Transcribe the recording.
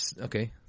okay